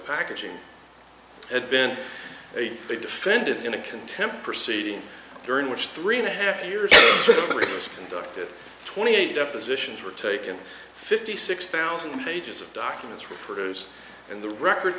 packaging had been a defendant in a contempt proceeding during which three and a half years it was conducted twenty eight depositions were taken fifty six thousand pages of documents reporters and the record